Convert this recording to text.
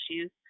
issues